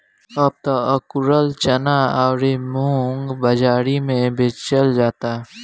अब त अकुरल चना अउरी मुंग बाजारी में बेचल जाता